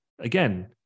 again